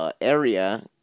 Area